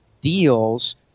deals